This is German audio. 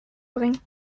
bringen